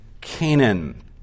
Canaan